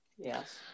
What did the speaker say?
Yes